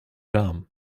raam